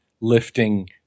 lifting